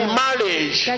marriage